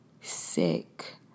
sick